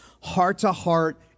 heart-to-heart